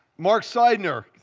marc seidner,